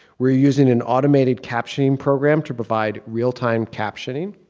we're using an automated captioning program to provide real time captioning.